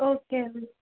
okay